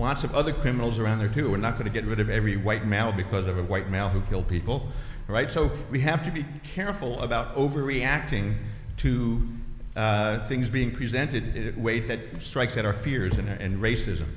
lots of other criminals around there who are not going to get rid of every white male because of a white male who killed people right so we have to be careful about overreacting to things being presented it way that strikes at our fears and racism